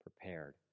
prepared